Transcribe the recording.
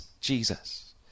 Jesus